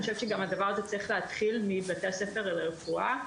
אני חושבת שהדבר הזה צריך להתחיל מבתי הספר לרפואה.